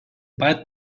pat